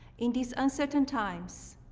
in these uncertain times,